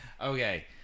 Okay